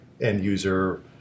end-user